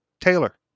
Taylor